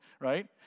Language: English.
right